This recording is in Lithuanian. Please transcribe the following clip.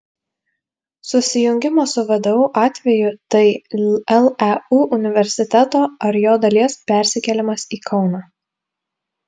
susijungimo su vdu atveju tai leu universiteto ar jo dalies persikėlimas į kauną